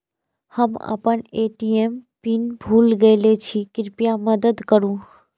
हम आपन ATM pin भूल गईल छी, कृपया मदद करू